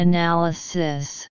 Analysis